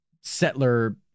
settler